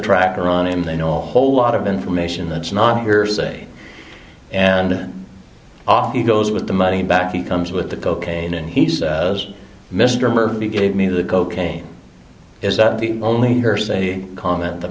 are on him they know a whole lot of information that's not hearsay and off he goes with the money back he comes with the cocaine and he says mr murphy gave me the cocaine is that the only hearsay comment that